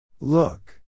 Look